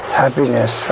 happiness